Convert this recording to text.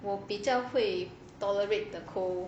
我比较会 tolerate the cold